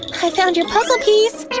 i found your puzzle piece!